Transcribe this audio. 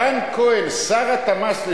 רן כהן, שר התמ"ס לשעבר,